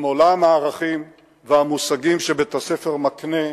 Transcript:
עם עולם הערכים והמושגים שבית-הספר מקנה,